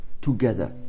together